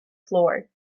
floor